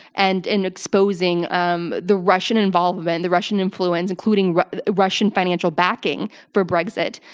and in exposing um the russian involvement, the russian influence, including russian financial backing for brexit.